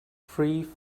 free